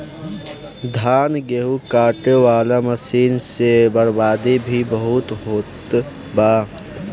धान, गेहूं काटे वाला मशीन से बर्बादी भी बहुते होत बा